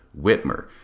Whitmer